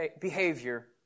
behavior